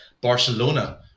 Barcelona